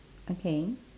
okay